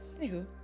Anywho